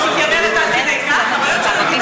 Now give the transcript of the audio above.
תכף הוא יהיה שר הבריאות,